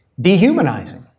dehumanizing